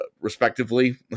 respectively